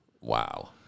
Wow